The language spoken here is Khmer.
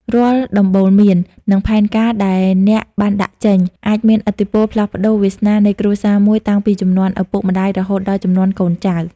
រាល់ដំបូន្មាន និងផែនការដែលអ្នកបានដាក់ចេញ អាចមានឥទ្ធិពលផ្លាស់ប្តូរវាសនានៃគ្រួសារមួយតាំងពីជំនាន់ឪពុកម្ដាយរហូតដល់ជំនាន់កូនចៅ។